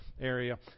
area